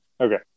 Okay